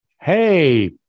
Hey